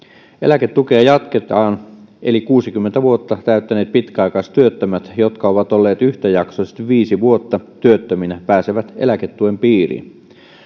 eläketukea jatketaan eli kuusikymmentä vuotta täyttäneet pitkäaikaistyöttömät jotka ovat olleet yhtäjaksoisesti viisi vuotta työttöminä pääsevät eläketuen piiriin